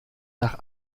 nach